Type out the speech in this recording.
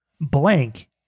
blank